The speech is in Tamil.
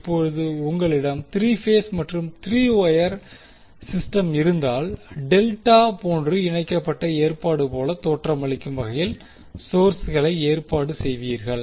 இப்போது உங்களிடம் 3 பேஸ் மற்றும் 3 வொயர் சிஸ்டம் இருந்தால் டெல்டா போன்று இணைக்கப்பட்ட ஏற்பாடு போல தோற்றமளிக்கும் வகையில் சோர்ஸ்களை ஏற்பாடு செய்வீர்கள்